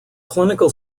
clinical